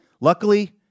Luckily